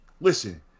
Listen